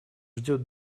ждет